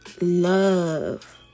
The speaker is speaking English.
Love